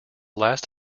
last